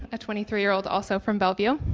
a twenty three year old, also from bellevue,